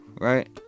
Right